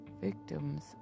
victims